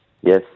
Yes